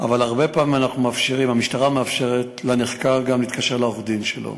אבל הרבה פעמים המשטרה מאפשרת לנחקר גם להתקשר לעורך-דין שלו